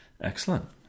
Excellent